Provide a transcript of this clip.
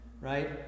Right